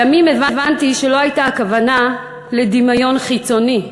לימים הבנתי שהכוונה לא הייתה לדמיון חיצוני.